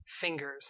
fingers